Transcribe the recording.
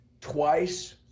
twice